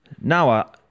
now